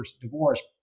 divorce